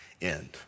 end